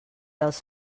dels